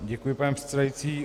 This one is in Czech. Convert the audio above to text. Děkuji, pane předsedající.